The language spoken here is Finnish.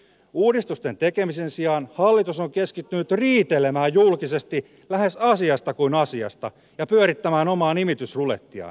uudistusten tekemisen sijaan hallitus on keskittynyt riitelemään julkisesti lähes asiasta kuin asiasta ja pyörittämään omaa nimitysrulettiaan